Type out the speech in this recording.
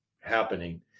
happening